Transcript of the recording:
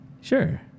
Sure